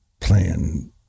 playing